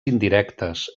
indirectes